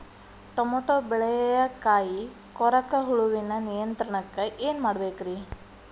Tomato ಬೆಳೆಯ ಕಾಯಿ ಕೊರಕ ಹುಳುವಿನ ನಿಯಂತ್ರಣಕ್ಕ ಏನ್ ಮಾಡಬೇಕ್ರಿ?